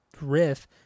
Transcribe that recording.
riff